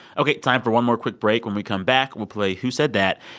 ok, time for one more quick break. when we come back, we'll play, who said that?